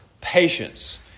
patience